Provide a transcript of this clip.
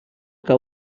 que